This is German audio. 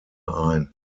ein